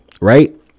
right